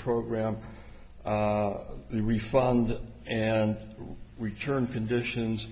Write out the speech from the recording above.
program the refund and return conditions